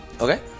Okay